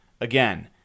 Again